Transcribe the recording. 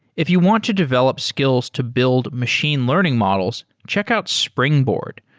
if you want to develop skills to build machine learning models, check out springboard.